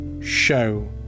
show